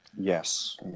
Yes